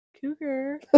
Cougar